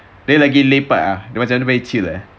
dia lagi lepak eh dia macam lagi chill eh